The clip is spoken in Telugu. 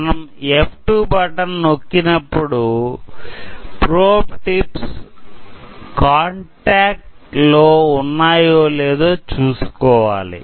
మనం F2 బటన్ నొక్కినప్పుడ్డు ప్రోబ్ టిప్స్ కాంటాక్ట్ లో ఉన్నాయో లేదో చూసుకోవాలి